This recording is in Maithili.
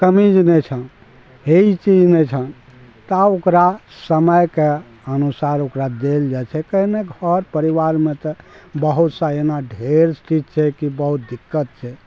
कमीज नहि छऽ हे ई चीज नहि छऽ ता ओकरा समयके अनुसार ओकरा देल जाइ छै कैमे घर परिवारमे तऽ बहुत सा एना ढेर चीज छै कि बहुत दिक्कत छै